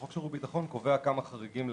חוק שירות הביטחון קובע כמה חריגים.